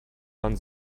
man